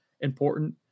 important